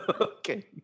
Okay